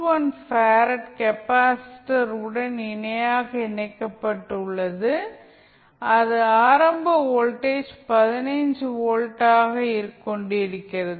1 farad capacitor உடன் இணையாக இணைக்கப்பட்டுள்ளது அது ஆரம்ப வோல்டேஜ் 15 வோல்ட்டாகக் கொண்டிருக்கிறது